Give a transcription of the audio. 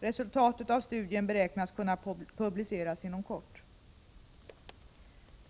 Resultatet av studien beräknas kunna publiceras inom kort.